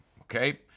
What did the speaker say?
okay